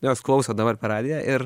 jos klauso dabar per radiją ir